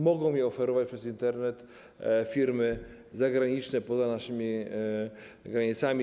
Mogą je oferować przez Internet firmy zagraniczne poza naszymi granicami.